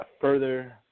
further